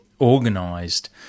organised